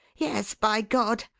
yes, by god!